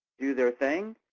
do their thing.